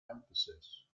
emphasis